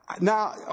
Now